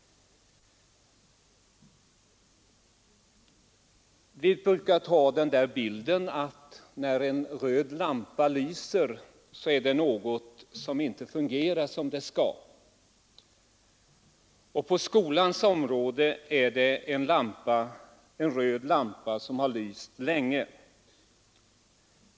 Man brukar använda bilden att när en röd lampa lyser är det något som inte fungerar som det skall. På skolans område har en röd lampa lyst länge.